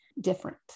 different